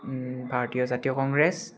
ভাৰতীয় জাতীয় কংগ্ৰেছ